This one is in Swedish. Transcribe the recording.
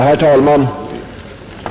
Herr talman!